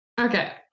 okay